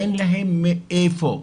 אין להן מאיפה.